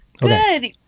good